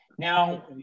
Now